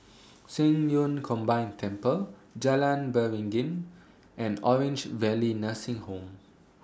Qing Yun Combined Temple Jalan Beringin and Orange Valley Nursing Home